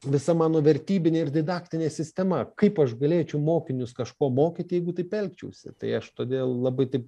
visa mano vertybinė ir didaktinė sistema kaip aš galėčiau mokinius kažko mokyti jeigu taip elgčiausi tai aš todėl labai taip